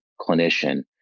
clinician